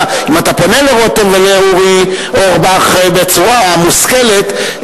אם אתה פונה לרותם ולאורי אורבך בצורה מושכלת,